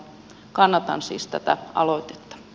kannatan siis tätä aloitetta